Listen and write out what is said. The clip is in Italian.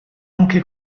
anche